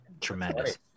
Tremendous